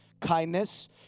kindness